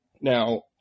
Now